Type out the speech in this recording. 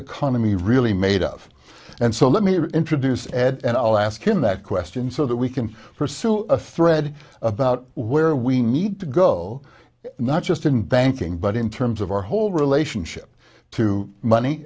economy really made of and so let me introduce ed and i'll ask him that question so that we can pursue a thread about where we need to go not just in banking but in terms of our whole relationship to money